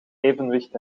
evenwicht